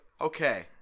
okay